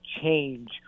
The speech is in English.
change